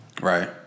Right